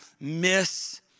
miss